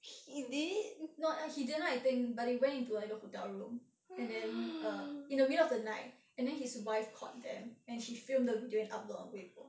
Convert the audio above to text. no he did not I think but they went into like the hotel room and then err in the middle of the night and then his wife caught them and she filmed the video and upload on 微博